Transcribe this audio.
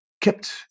kept